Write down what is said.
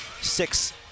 six